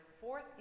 fourth